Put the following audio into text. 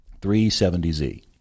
370Z